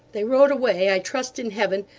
they rode away, i trust in heaven,